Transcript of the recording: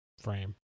frame